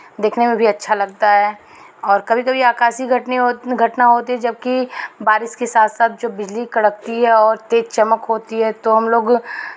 देखने में भी अच्छा लगता है और कभी कभी आकाशी घटनी होती घटना होती है जब कि बारिश के साथ साथ जो बिजली कड़कती है और तेज चमक होती है तो हमलोग